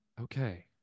okay